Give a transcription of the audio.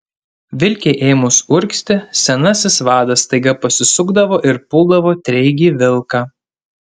vilkei ėmus urgzti senasis vadas staiga pasisukdavo ir puldavo treigį vilką